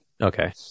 Okay